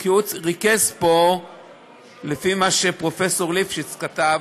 כי הוא ריכז פה לפי מה שפרופסור ליפשיץ כתב.